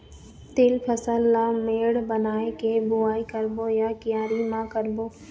तील फसल ला मेड़ बना के बुआई करबो या क्यारी म करबो?